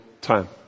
time